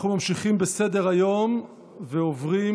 בעד,